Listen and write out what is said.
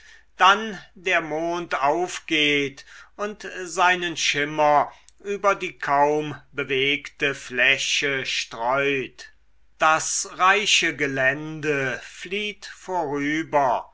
dann der mond aufgeht und seinen schimmer über die kaum bewegte fläche streut das reiche gelände flieht vorüber